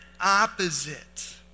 opposite